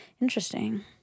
Interesting